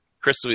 Chris